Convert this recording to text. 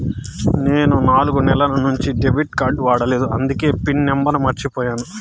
నేను నాలుగు నెలల నుంచి డెబిట్ కార్డ్ వాడలేదు అందికే పిన్ నెంబర్ మర్చిపోయాను